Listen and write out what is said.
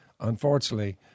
unfortunately